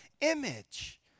image